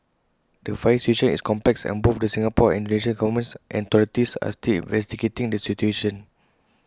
the fire situation is complex and both the Singapore and Indonesia governments and authorities are still investigating the situation